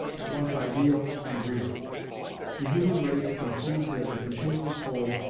at once ideal and real the human race, conceived as a continuous whole,